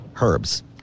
herbs